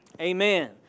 Amen